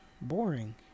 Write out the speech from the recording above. boring